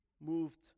moved